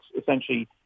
essentially